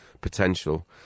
potential